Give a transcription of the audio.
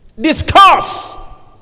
discuss